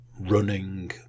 running